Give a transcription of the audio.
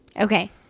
Okay